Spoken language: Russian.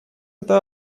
это